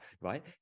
right